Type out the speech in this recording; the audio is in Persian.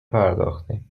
پرداختیم